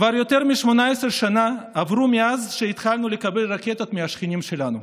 כבר יותר מ-18 שנה עברו מאז שהתחלנו לקבל רקטות מהשכנים שלנו.